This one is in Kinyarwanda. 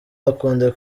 akunda